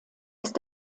ist